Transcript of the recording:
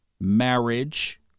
marriage